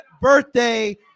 birthday